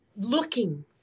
looking